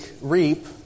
reap